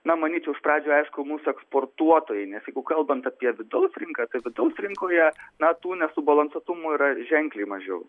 na manyčiau iš pradžių aišku mūsų eksportuotojai nes jeigu kalbant apie vidaus rinką tai vidaus rinkoje na tų nesubalansuotumų yra ženkliai mažiau